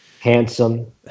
Handsome